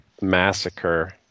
massacre